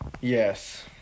yes